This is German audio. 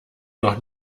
noch